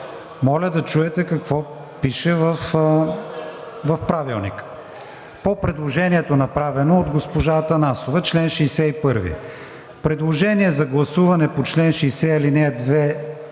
Моля да чуете какво пише в Правилника. По предложението, направено от госпожа Атанасова: „Чл. 61. Предложение за гласуване по чл. 60, ал. 2,